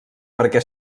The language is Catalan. perquè